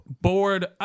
bored